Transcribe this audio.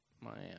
Miami